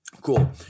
Cool